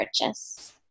purchase